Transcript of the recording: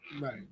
Right